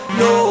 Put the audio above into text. no